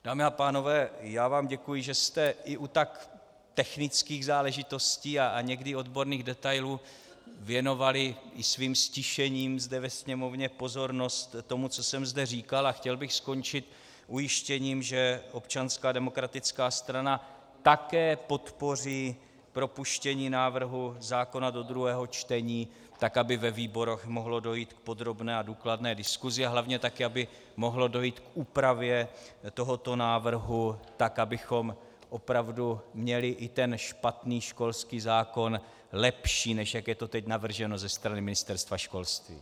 Dámy a pánové, já vám děkuji, že jste i u tak technických záležitostí a někdy odborných detailů věnovali svým ztišením zde ve Sněmovně pozornost tomu, co jsem zde říkal, a chtěl bych skončit ujištěním, že ODS také podpoří propuštění návrhu zákona do druhého čtení, tak aby ve výborech mohlo dojít k podrobné a důkladné diskuzi a hlavně také aby mohlo dojít k úpravě tohoto návrhu tak, abychom opravdu měli i ten špatný školský zákon lepší, než jak je to teď navrženo ze strany Ministerstva školství.